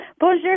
Bonjour